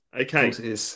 Okay